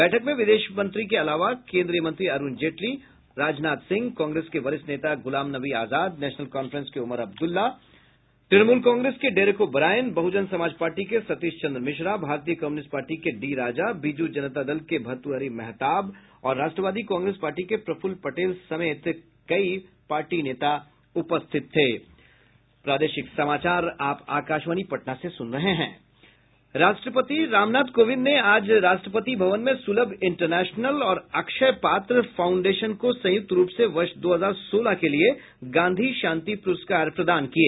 बैठक में विदेश मंत्री के अलावा केन्द्रीय मंत्री अरुण जेटली और राजनाथ सिंह कांग्रेस के वरिष्ठ नेता गुलाम नबी आजाद नेशनल कॉन्फ्रेंस के उमर अब्दुल्ला तृणमूल कांग्रेस के डेरेक ओ ब्रायन बहुजन समाज पार्टी के सतीश चन्द्र मिश्रा भारतीय कम्यूनिस्ट पार्टी के डी राजा बीजू जनता दल के भर्तृहरि महताब और राष्ट्रवादी कांग्रेस पार्टी के प्रफुल्ल पटेल समेत कई पार्टियों के नेता उपस्थित थे राष्ट्रपति रामनाथ कोविंद ने आज राष्ट्रपति भवन में सुलभ इंटरनेशनल और अक्षय पात्र फाउंडेंशन को संयुक्त रूप से वर्ष दो हजार सोलह के लिए गांधी शांति पुरस्कार प्रदान किए